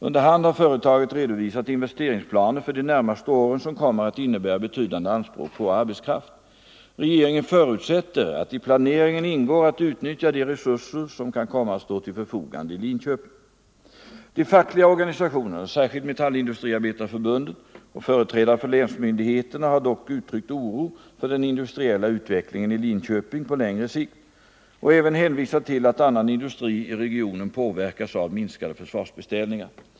Under hand har företaget redovisat investeringsplaner för de närmaste åren som kommer att innebära betydande anspråk på arbetskraft. Regeringen förutsätter att i planeringen ingår att utnyttja de resurser som kan komma att stå till förfogande i Linköping. De fackliga organisationerna — särskilt Metallindustriarbetareförbundet — och företrädare för länsmyndigheterna har dock uttryckt oro för den industriella utvecklingen i Linköping på längre sikt och även hänvisat till att annan industri i regionen påverkas av minskade försvarsbeställningar.